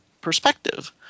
perspective